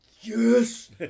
Yes